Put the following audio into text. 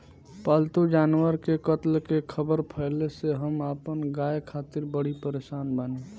पाल्तु जानवर के कत्ल के ख़बर फैले से हम अपना गाय खातिर बड़ी परेशान बानी